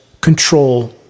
control